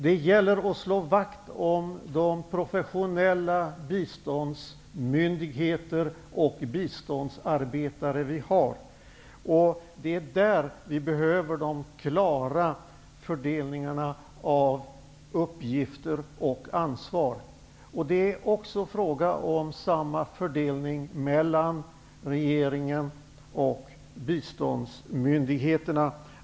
Det gäller att slå vakt om de professionella biståndsmyndigheter och biståndsarbetare som vi har. Det är där som vi behöver en klar fördelning av uppgifter och ansvar. Det är fråga om samma fördelning mellan regeringen och biståndsmyndigheterna.